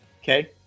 Okay